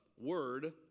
word